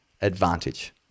advantage